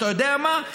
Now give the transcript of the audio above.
אתה יודע מה?